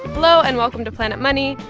hello, and welcome to planet money.